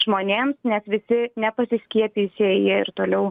žmonėms nes visi nepasiskiepyjusieji ir toliau